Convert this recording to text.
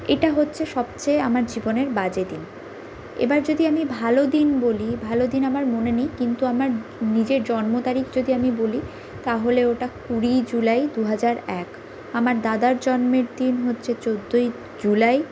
এটা হচ্ছে সবচেয়ে আমার জীবনের বাজে দিন এবার যদি আমি ভালো দিন বলি ভালো দিন আমার মনে নেই কিন্তু আমার নিজের জন্ম তারিখ যদি আমি বলি তাহলে ওটা কুড়ি জুলাই দু হাজার এক আমার দাদার জন্মের দিন হচ্ছে চোদ্দোই জুলাই